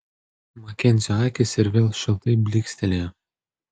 makenzio akys ir vėl šiltai blykstelėjo